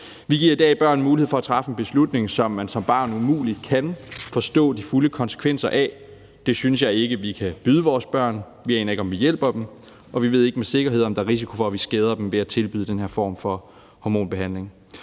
Vi giver i dag børn mulighed for at træffe en beslutning, som man som barn umuligt kan forstå de fulde konsekvenser af. Det synes jeg ikke at vi kan byde vores børn. Vi aner ikke, om vi hjælper dem, og vi ved ikke med sikkerhed, om der er risiko for, at vi skader dem ved at tilbyde dem den her form for hormonbehandling.